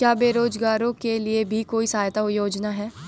क्या बेरोजगारों के लिए भी कोई सहायता योजना है?